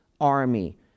army